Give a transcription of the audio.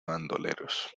bandoleros